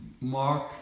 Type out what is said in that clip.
mark